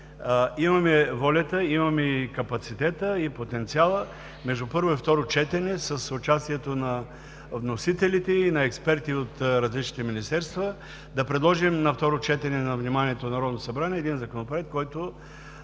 имаме волята, имаме капацитета и потенциала между първо и второ четене с участието на вносителите и на експерти от различните министерства да предложим на второ четене на вниманието на Народното събрание Законопроект, който